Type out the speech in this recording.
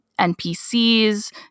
NPCs